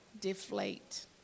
Deflate